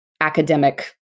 academic